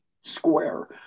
Square